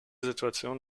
situation